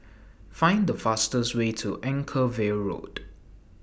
Find The fastest Way to Anchorvale Road